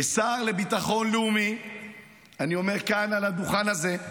כשר לביטחון לאומי אני אומר כאן, על הדוכן הזה,